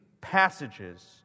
passages